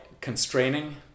constraining